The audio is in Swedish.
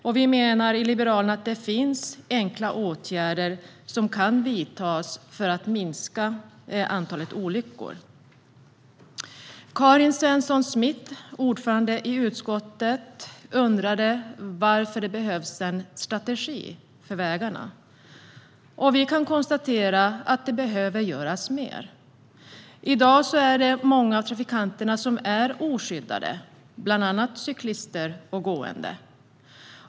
Vi i Liberalerna menar att det finns enkla åtgärder som kan vidtas för att minska antalet olyckor. Karin Svensson Smith, ordförande i utskottet, undrade varför det behövs en strategi för vägarna. Vi kan konstatera att det behöver göras mer. I dag är det många av trafikanterna som är oskyddade, bland annat cyklister och gående.